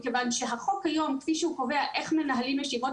החוק היום כפי שהוא קובע איך מנהלים ישיבות